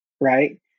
right